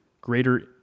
greater